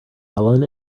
helen